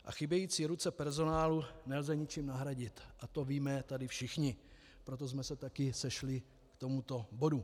A chybějící ruce personálu nelze ničím nahradit, to tady víme všichni, proto jsme se taky sešli k tomuto bodu.